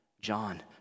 John